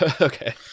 Okay